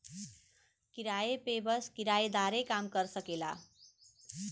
किराया पे बस किराएदारे काम कर सकेला